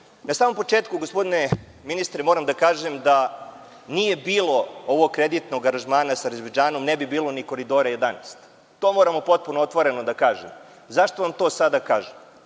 samom početku, gospodine ministre, moram da kažem da nije bilo ovog kreditnog aranžmana sa Arzejbedžanom ne bi bilo ni Koridora 11. To moramo potpuno otvoreno da kažemo. Zašto vam to sada kažem?